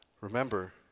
remember